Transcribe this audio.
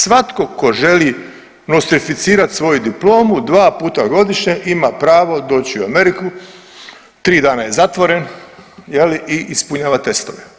Svatko tko želi nostrificirati svoju diplomu dva puta godišnje ima pravo doći u Ameriku, tri dana je zatvoren i ispunjava testove.